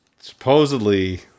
supposedly